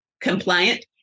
compliant